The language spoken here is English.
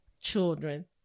children